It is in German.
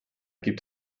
gibt